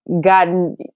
gotten